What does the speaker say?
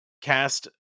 cast